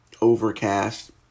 Overcast